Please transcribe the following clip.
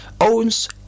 owns